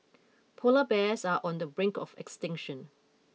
Polar bears are on the brink of extinction